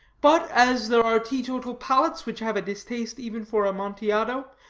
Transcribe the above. but as there are teetotal palates which have a distaste even for amontillado,